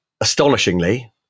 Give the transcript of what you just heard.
astonishingly